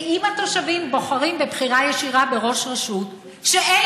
כי אם התושבים בוחרים בבחירה ישירה בראש רשות שאין